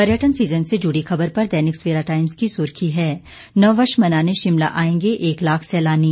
पर्यटन सीजन से जुड़ी खबर पर दैनिक सवेरा टाइम्स की सुर्खी है नववर्ष मनाने शिमला आएंगे एक लाख सैलानी